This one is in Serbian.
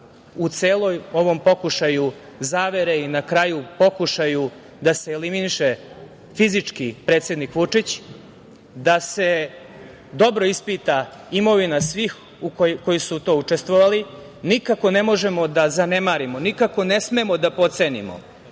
u celom ovom pokušaju zavere i na kraju pokušaju da se eliminiše fizički predsednik Vučić, da se dobro ispita imovina svih koji su u tome učestvovali. Nikako ne možemo da zanemarimo, nikako ne smemo da potcenimo